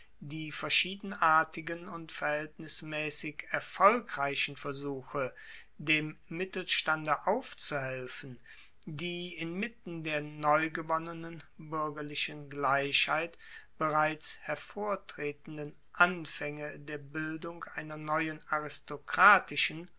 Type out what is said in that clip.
die verschiedenartigen und verhaeltnismaessig erfolgreichen versuche dem mittelstande aufzuhelfen die inmitten der neugewonnenen buergerlichen gleichheit bereits hervortretenden anfaenge der bildung einer neuen aristokratischen